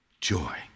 joy